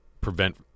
prevent –